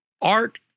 Art